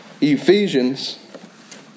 Ephesians